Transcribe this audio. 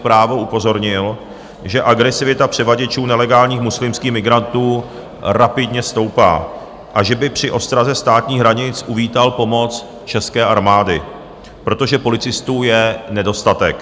Právo upozornil, že agresivita převaděčů nelegálních muslimských migrantů rapidně stoupá a že by při ostraze státních hranic uvítal pomoc České armády, protože policistů je nedostatek.